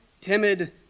timid